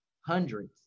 hundreds